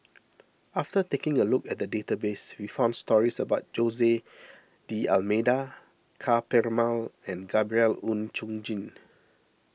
after taking a look at the database we found stories about Jose D'Almeida Ka Perumal and Gabriel Oon Chong Jin